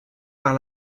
par